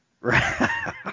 right